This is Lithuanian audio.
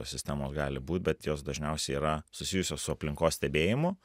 sistemos gali būt bet jos dažniausiai yra susijusios su aplinkos stebėjimu